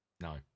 No